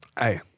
hey